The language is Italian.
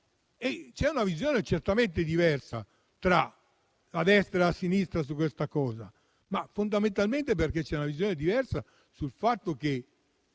C'è una visione certamente diversa tra la destra e la sinistra su questo tema, fondamentalmente perché c'è una visione diversa sul fatto che